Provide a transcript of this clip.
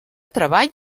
treball